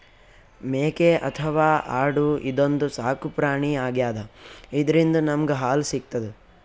ಮೇಕೆ ಅಥವಾ ಆಡು ಇದೊಂದ್ ಸಾಕುಪ್ರಾಣಿ ಆಗ್ಯಾದ ಇದ್ರಿಂದ್ ನಮ್ಗ್ ಹಾಲ್ ಸಿಗ್ತದ್